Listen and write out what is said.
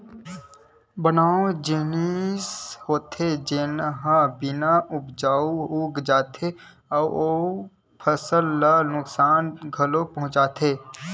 बन ओ जिनिस होथे जेन ह बिन उपजाए उग जाथे अउ फसल ल नुकसान घलोक पहुचाथे